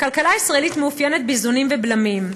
הכלכלה הישראלית מאופיינת באיזונים ובלמים,